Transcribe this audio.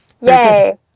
Yay